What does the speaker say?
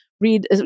read